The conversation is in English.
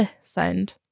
sound